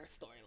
storyline